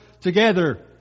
together